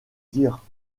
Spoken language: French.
dire